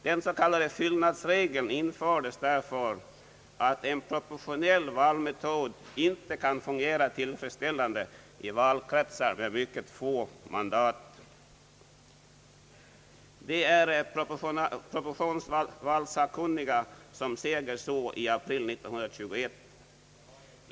Den s.k. fyllnadsregeln infördes därför att en proportionell valmetod inte kan fungera tillfredsställande i valkretsar med mycket få mandat. Det var proportionsvalsakkunniga som uttalade sig på detta sätt 1921.